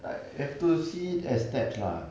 like have to see it as steps lah